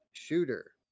shooter